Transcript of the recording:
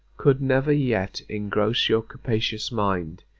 could never yet engross your capacious mind.